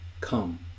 come